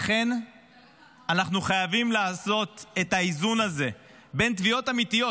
לכן אנחנו חייבים לעשות את האיזון הזה בין תביעות אמיתיות,